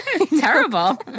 Terrible